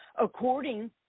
According